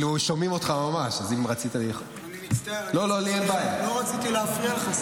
אני מצטער, לא רציתי להפריע לך.